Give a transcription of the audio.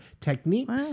techniques